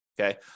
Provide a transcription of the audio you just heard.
okay